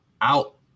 out